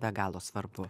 be galo svarbu